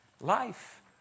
life